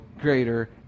greater